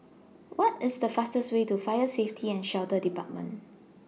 What IS The fastest Way to Fire Safety and Shelter department